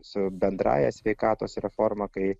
su bendrąja sveikatos reforma kai